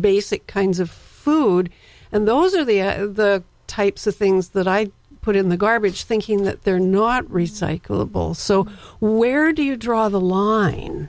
basic kinds of food and those are the types of things that i put in the garbage thinking that they're not recyclable so where do you draw the line